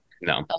No